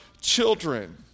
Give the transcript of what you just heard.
children